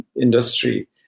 industry